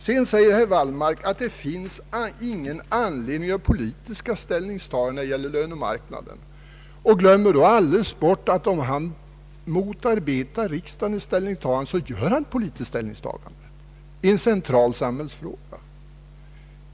Herr Wallmark säger att det inte finns någon anledning att göra politiska ställningstaganden när det gäller lönemarknaden. Han glömmer då alldeles bort att om han motarbetar att riksdagen tar ställning, så gör han ett politiskt ställningstagande i en central samhällsfråga.